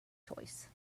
choice